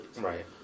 Right